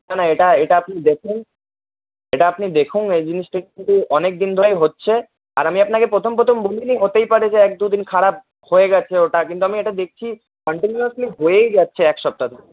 না না এটা এটা আপনি দেখুন এটা আপনি দেখুন এই জিনিসটা একটু অনেকদিন ধরেই হচ্ছে আর আমি আপনাকে প্রথম প্রথম বলিনি হতেই পারে যে এক দুদিন খারাপ হয়ে গেছে ওটা কিন্তু আমি এটা দেখছি কন্টিনিউয়াসলি হয়েই যাচ্ছে এক সপ্তাহ ধরে